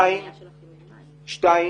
שנית,